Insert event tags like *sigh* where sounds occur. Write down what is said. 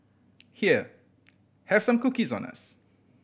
here *noise* have some cookies on us